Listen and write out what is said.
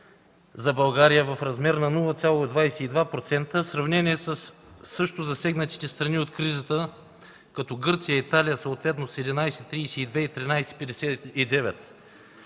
за България, в размер на 0,22% в сравнение със също засегнатите страни от кризата като Гърция, Италия, съответно с 11,32 и 13,59